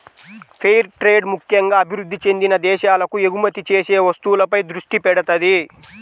fair trade ముక్కెంగా అభివృద్ధి చెందిన దేశాలకు ఎగుమతి చేసే వస్తువులపై దృష్టి పెడతది